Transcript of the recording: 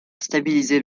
stabiliser